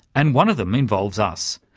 and one of them involves us.